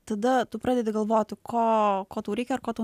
tada tu pradedi galvoti ko ko tau reikia ir ko tau